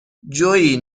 جویی